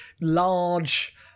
large